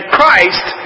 Christ